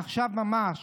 עכשיו ממש,